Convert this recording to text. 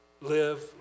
live